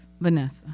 Vanessa